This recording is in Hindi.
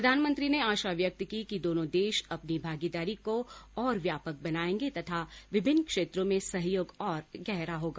प्रधानमंत्री ने आशा व्यक्त की कि दोनों देश अपनी भागीदारी को और व्यापक बनाएंगे तथा विभिन्न क्षेत्रों में सहयोग और गहरा होगा